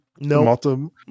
no